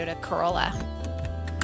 Corolla